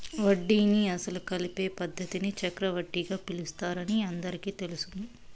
వడ్డీని అసలు కలిపే పద్ధతిని చక్రవడ్డీగా పిలుస్తారని అందరికీ తెలుసును